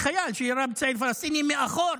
חייל שירה בצעיר פלסטיני מאחור,